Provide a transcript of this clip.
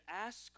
ask